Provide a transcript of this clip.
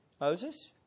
Moses